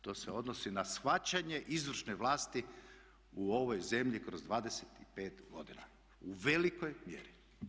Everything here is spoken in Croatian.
To se odnosi na shvaćanje izvršne vlasti u ovoj zemlji kroz 25 godina u velikoj mjeri.